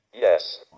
Yes